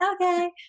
okay